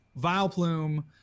Vileplume